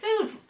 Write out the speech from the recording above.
food